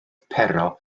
pero